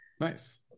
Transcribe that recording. Nice